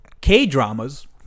K-Dramas